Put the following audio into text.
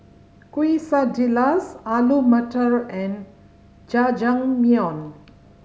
Quesadillas Alu Matar and Jajangmyeon